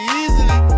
easily